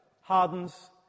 hardens